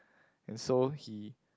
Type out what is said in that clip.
and so he